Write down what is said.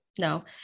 No